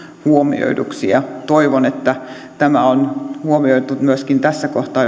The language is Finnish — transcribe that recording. huomioiduiksi toivon että tämä on huomioitu myöskin tässä kohtaa